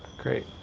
great,